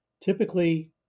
typically